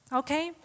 okay